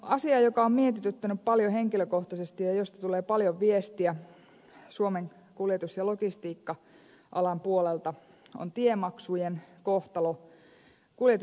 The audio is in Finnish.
asia joka on mietityttänyt paljon henkilökohtaisesti ja josta tulee paljon viestejä suomen kuljetus ja logistiikka alan puolelta on tiemaksujen kohtalo